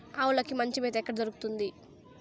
ఆవులకి మంచి మేత ఎక్కడ దొరుకుతుంది?